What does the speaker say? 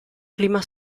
clima